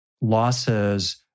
losses